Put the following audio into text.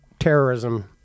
Terrorism